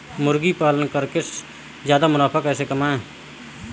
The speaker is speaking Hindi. मुर्गी पालन करके ज्यादा मुनाफा कैसे कमाएँ?